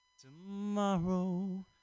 tomorrow